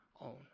own